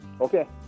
Okay